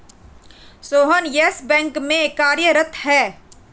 Sohan Yes Bank में कार्यरत है